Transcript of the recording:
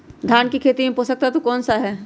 धान की खेती में पोषक तत्व कौन कौन सा है?